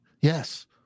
Yes